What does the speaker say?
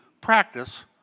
practice